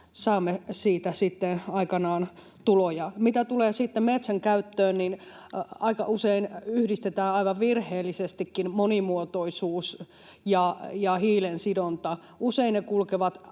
saamme siitä sitten aikanaan tuloja. Mitä tulee sitten metsän käyttöön, niin aika usein yhdistetään, aivan virheellisestikin, monimuotoisuus ja hiilensidonta. Usein ne kulkevat